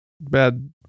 bad